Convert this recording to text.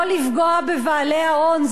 לא לפגוע בבעלי ההון.